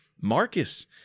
Marcus